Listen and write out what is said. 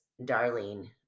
darlene